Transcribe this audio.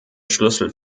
schlüssel